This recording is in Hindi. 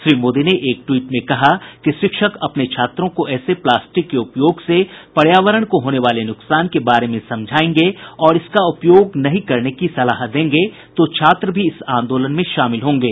श्री मोदी ने एक ट्वीट में कहा कि शिक्षक अपने छात्रों को ऐसे प्लास्टिक के उपयोग से पर्यावरण को होने वाले नुकसान के बारे में समझायेंगे और इसका उपयोग नहीं करने की सलाह देंगे तो छात्र भी इस आंदोलन में शामिल होंगे